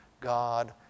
God